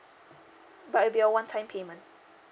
but it'll be a one time payment